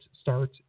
start